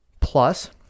Plus